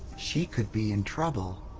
she could be in trouble!